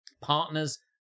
partners